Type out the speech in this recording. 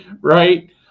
Right